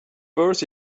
first